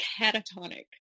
catatonic